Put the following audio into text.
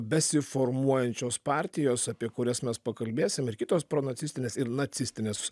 besiformuojančios partijos apie kurias mes pakalbėsime ir kitos pro nacistinės ir nacistinės